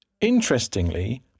Interestingly